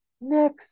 next